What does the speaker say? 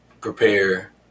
prepare